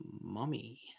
mummy